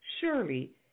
Surely